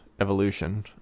evolution